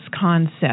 concept